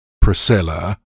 Priscilla